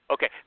Okay